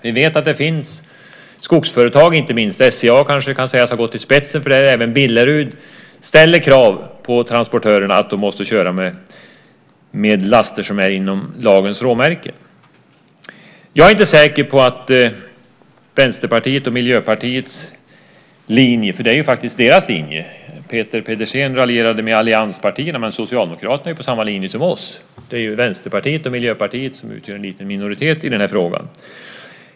Vi vet att det finns inte minst skogsföretag - SCA kan sägas ha gått i spetsen för detta och även Billerud - som ställer krav på transportörerna att de måste köra med laster som är inom lagens råmärken. Jag är inte säker på att det är Vänsterpartiets och Miljöpartiets linje, för det är faktiskt deras linje. Peter Pedersen raljerade om allianspartierna. Men Socialdemokraterna är på samma linje som vi. Det är Vänsterpartiet och Miljöpartiet som utgör en liten minoritet i den här frågan.